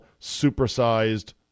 supersized